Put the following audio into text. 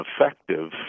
effective